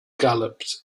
galloped